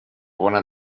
bona